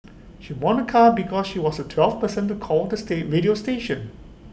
she won A car because she was twelfth person to call the state radio station